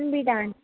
Kunbi dance